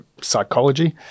psychology